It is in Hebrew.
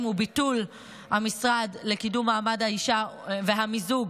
וביטול המשרד לקידום מעמד האישה והמיזוג